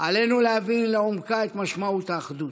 עלינו להבין לעומקה את משמעות האחדות.